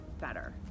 better